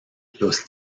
los